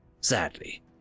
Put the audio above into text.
Sadly